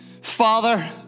Father